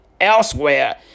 elsewhere